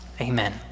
amen